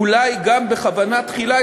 אולי גם בכוונה תחילה,